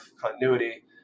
continuity